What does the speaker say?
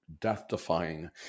death-defying